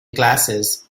glasses